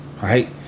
right